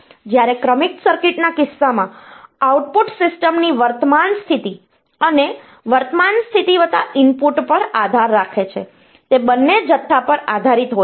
જ્યારે ક્રમિક સર્કિટ ના કિસ્સામાં આઉટપુટ સિસ્ટમની વર્તમાન સ્થિતિ અને વર્તમાન સ્થિતિ વત્તા ઇનપુટ પર આધાર રાખે છે તે બંને જથ્થા પર આધારિત હોય છે